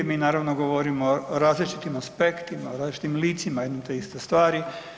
Mi naravno govorimo različitim aspektima, različitim licima jedno te iste stvari.